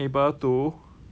being able to